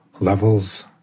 levels